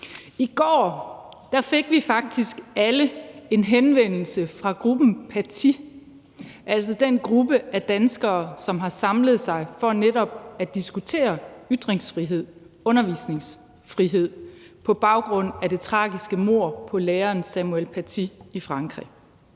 I går fik vi faktisk alle en henvendelse fra Gruppen Paty, altså den gruppe af danskere, som har samlet sig for netop at diskutere ytringsfrihed og undervisningsfrihed på baggrund af det tragiske mord på læreren Samuel Paty i Frankrig.